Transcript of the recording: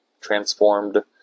transformed